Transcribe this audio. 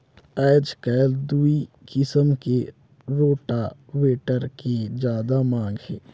आयज कायल दूई किसम के रोटावेटर के जादा मांग हे